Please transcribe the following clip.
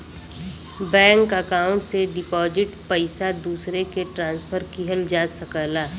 bank account से deposit पइसा दूसरे के ट्रांसफर किहल जा सकला